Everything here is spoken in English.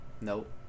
Nope